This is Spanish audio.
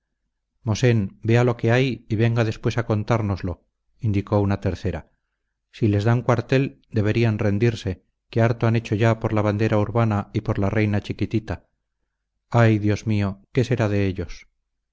la entereza mosén vea lo que hay y venga después a contárnoslo indicó una tercera si les dan cuartel deberían rendirse que harto han hecho ya por la bandera urbana y por la reina chiquitita ay dios mío qué será de ellos